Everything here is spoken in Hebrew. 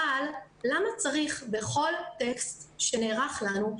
אבל למה צריך בכל טקסט שנערך לנו,